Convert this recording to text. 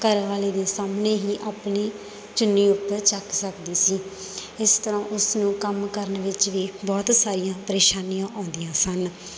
ਘਰ ਵਾਲੇ ਦੇ ਸਾਹਮਣੇ ਹੀ ਆਪਣੀ ਚੁੰਨੀ ਉੱਪਰ ਚੱਕ ਸਕਦੀ ਸੀ ਇਸ ਤਰ੍ਹਾਂ ਉਸ ਨੂੰ ਕੰਮ ਕਰਨ ਵਿੱਚ ਵੀ ਬਹੁਤ ਸਾਰੀਆਂ ਪਰੇਸ਼ਾਨੀਆਂ ਆਉਂਦੀਆਂ ਸਨ